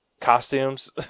Costumes